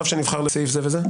רב שנבחר לפי סעיף זה וזה?